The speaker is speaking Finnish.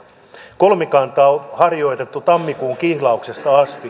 kolmikantaa on harjoitettu tammikuun kihlauksesta asti